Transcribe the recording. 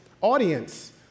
audience